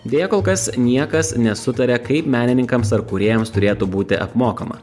deja kol kas niekas nesutaria kaip menininkams ar kūrėjams turėtų būti apmokama